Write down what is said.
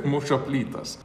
muša plytas